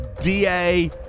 DA